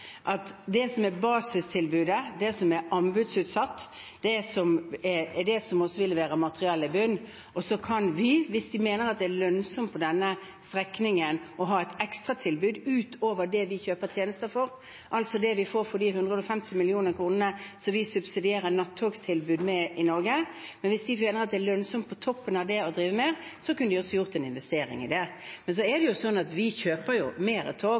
Det som er basistilbudet, det som er anbudsutsatt, er det som også vil være materiellet i bunnen. Og så kan Vy, hvis de mener at det er lønnsomt på denne strekningen å ha et ekstratilbud utover det vi kjøper tjenester for, altså det vi får for de 150 mill. kr som vi subsidierer nattogtilbud med i Norge, på toppen av det å drive med det også gjøre en investering i det. Men så er det jo sånn at vi kjøper mer tog